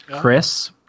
Chris